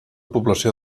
població